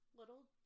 Little